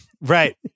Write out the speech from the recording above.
Right